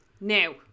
Now